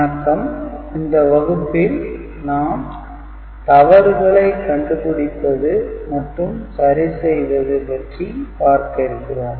வணக்கம் இந்த வகுப்பில் நாம் தவறுகளை கண்டுபிடிப்பது மற்றும் சரி செய்வது பற்றி பார்க்க இருக்கிறோம்